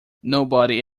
nobody